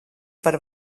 par